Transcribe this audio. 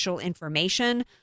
information